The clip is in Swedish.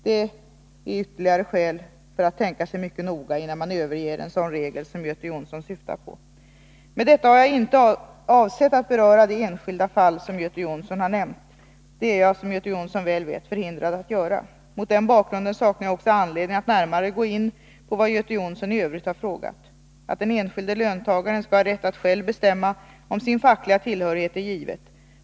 Detta är ytterligare skäl för att tänka sig mycket noga för, innan man överväger en sådan regel som Göte Jonsson syftar på. Med detta har jag inte avsett att beröra det enskilda fall som Göte Jonsson har nämnt. Det är jag, som Göte Jonsson väl vet, förhindrad att göra. Mot den bakgrunden saknar jag också anledning att närmare gå in på vad Göte Jonsson i övrigt har frågat. Att den enskilde löntagaren skall ha rätt att själv bestämma om sin fackliga tillhörighet är givet.